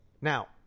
Now